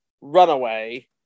Runaway